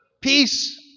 Peace